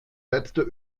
letzte